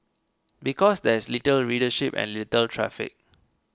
because there is little readership and little traffic